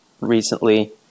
recently